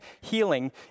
healing